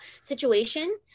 situation